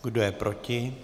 Kdo je proti?